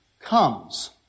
comes